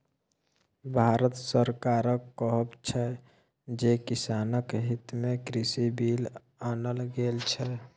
भारत सरकारक कहब छै जे किसानक हितमे कृषि बिल आनल गेल छै